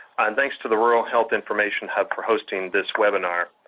and thanks to the rural health information hub for hosting this webinar.